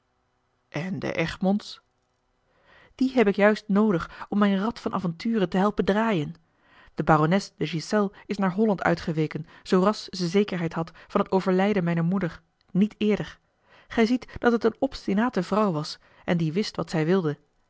en de egmonds die heb ik juist noodig om mijn rad van avonture te helpen draaien de barones de ghiselles is naar holland uitgeweken zoo ras ze zekerheid had van het overlijden mijner moeder niet eerder gij ziet dat het eene obstinate vrouw was en die wist wat zij wilde